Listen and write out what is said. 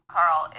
Carl